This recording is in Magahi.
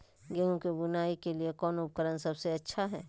गेहूं के बुआई के लिए कौन उपकरण सबसे अच्छा है?